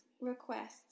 requests